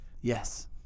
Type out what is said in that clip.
Yes